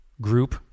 group